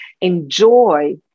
Enjoy